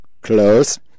Close